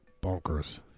bonkers